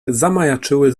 zamajaczyły